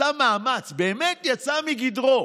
עשה מאמץ, באמת יצא מגדרו